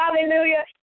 Hallelujah